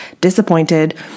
disappointed